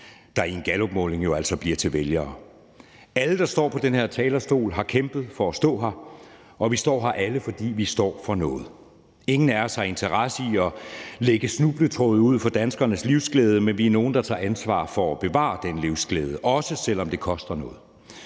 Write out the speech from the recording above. der i en gallupmåling jo altså bliver til vælgere. Alle, der står på den her talerstol, har kæmpet for at stå her, og vi står her alle, fordi vi står for noget. Ingen af os har interesse i at lægge snubletråde ud for danskernes livsglæde, men vi er nu nogle, der tager ansvar for at bevare den livsglæde, også selv om det koster noget.